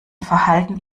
verhalten